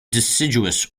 deciduous